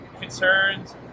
concerns